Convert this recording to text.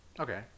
Okay